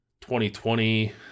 2020